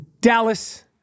Dallas